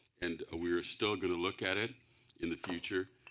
and ah we're still going to look at it in the future,